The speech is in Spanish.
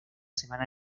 semana